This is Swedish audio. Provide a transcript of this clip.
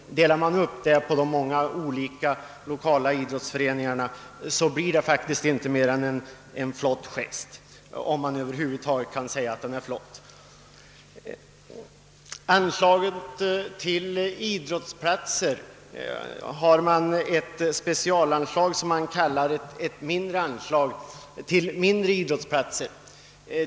Delar man upp det på de lokala idrottsföreningarna blir det faktiskt inte mer än en flott gest, om man ens kan säga att den är flott. Idrottsanslaget inrymmer även det s.k. anslaget till mindre idrottsplatser.